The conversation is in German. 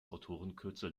autorenkürzel